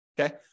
Okay